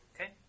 Okay